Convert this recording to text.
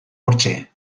hortxe